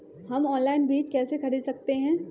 हम ऑनलाइन बीज कैसे खरीद सकते हैं?